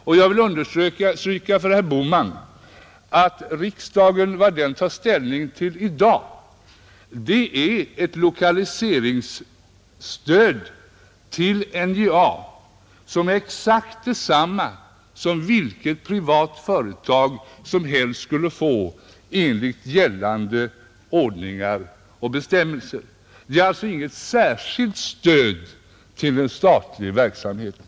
Och jag vill understryka för herr Bohman att vad riksdagen tar ställning till i dag är ett lokaliseringsstöd till NJA som är exakt detsamma som vilket privatföretag som helst skulle få enligt gällande bestämmelser. Det är alltså inget särskilt stöd till statlig verksamhet.